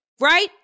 Right